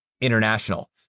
international